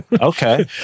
Okay